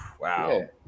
wow